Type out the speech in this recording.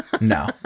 No